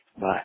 Bye